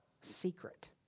secret